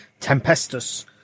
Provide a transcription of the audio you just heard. Tempestus